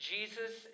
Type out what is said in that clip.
Jesus